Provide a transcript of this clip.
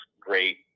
great